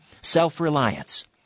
Self-reliance